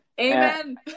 Amen